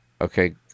okay